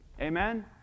Amen